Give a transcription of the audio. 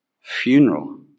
funeral